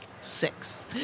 six